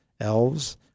Elves